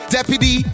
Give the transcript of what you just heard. Deputy